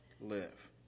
live